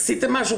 עשיתם משהו?